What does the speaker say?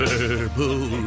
Purple